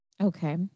Okay